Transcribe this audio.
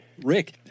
Rick